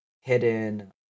hidden